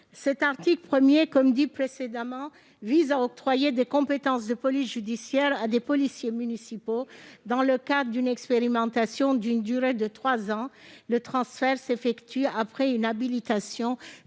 L'article 1, comme cela a déjà été souligné, vise à octroyer des compétences de police judiciaire à des policiers municipaux, dans le cadre d'une expérimentation d'une durée de trois ans. Le transfert s'effectue après une habilitation